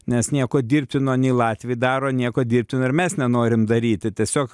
nes nieko dirbtino nei latviai daro nieko dirbtino ir mes nenorim daryti tiesiog